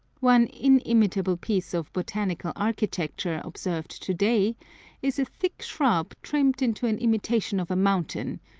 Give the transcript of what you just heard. one inimitable piece of botanical architecture observed to-day is a thick shrub trimmed into an imitation of a mountain,